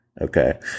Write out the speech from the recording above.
Okay